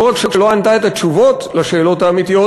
היא לא רק לא ענתה את התשובות על השאלות האמיתיות,